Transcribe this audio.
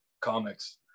comics